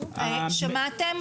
שמעתם?